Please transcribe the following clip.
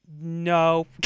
No